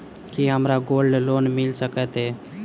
की हमरा gold loan मिल सकैत ये?